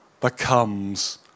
becomes